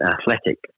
athletic